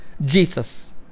Jesus